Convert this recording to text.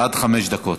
עד חמש דקות.